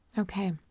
Okay